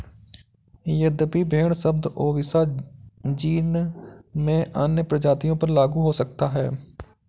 यद्यपि भेड़ शब्द ओविसा जीन में अन्य प्रजातियों पर लागू हो सकता है